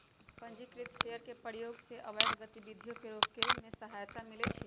पंजीकृत शेयर के प्रयोग से अवैध गतिविधियों के रोके में सहायता मिलइ छै